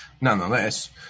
Nonetheless